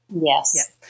Yes